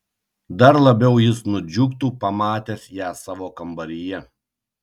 dar labiau jis nudžiugtų pamatęs ją savo kambaryje